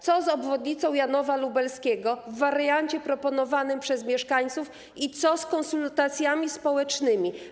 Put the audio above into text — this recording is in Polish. Co z obwodnicą Janowa Lubelskiego w wariancie proponowanym przez mieszkańców i co z konsultacjami społecznymi?